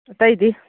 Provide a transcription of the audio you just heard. ꯑꯇꯩꯗꯤ